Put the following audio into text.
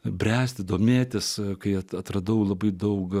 bręsti domėtis kai atradau labai daug